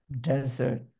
desert